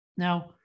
Now